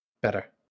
better